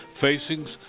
facing